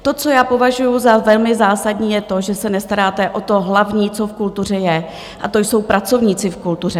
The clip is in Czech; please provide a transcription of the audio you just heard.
To, co já považuju za velmi zásadní, je to, že se nestaráte o to hlavní, co v kultuře je, a to jsou pracovníci v kultuře.